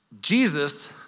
Jesus